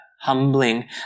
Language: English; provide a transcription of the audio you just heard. humbling